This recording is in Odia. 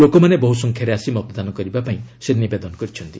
ଲୋକମାନେ ବହୁ ସଂଖ୍ୟାରେ ଆସି ମତଦାନ କରିବାପାଇଁ ସେ ନିବେଦନ କରିଛନ୍ତି